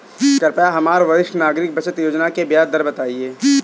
कृपया हमरा वरिष्ठ नागरिक बचत योजना के ब्याज दर बताइं